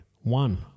One